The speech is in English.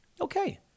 Okay